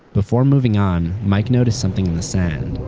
before moving on, mike noticed something in the sand.